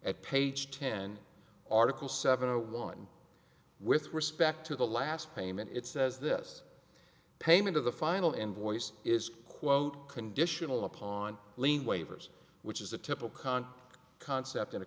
at page ten article seventy one with respect to the last payment it says this payment of the final invoice is quote conditional upon lien waivers which is a typical con concept in a